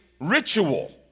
ritual